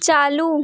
चालू